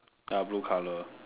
ya blue color